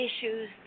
issues